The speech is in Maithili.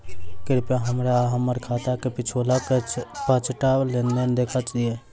कृपया हमरा हम्मर खाताक पिछुलका पाँचटा लेन देन देखा दियऽ